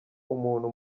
umuntu